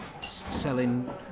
selling